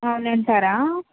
అవునంటారా